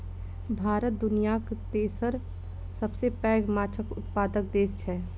भारत दुनियाक तेसर सबसे पैघ माछक उत्पादक देस छै